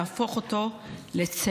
להפוך אותו לצמח.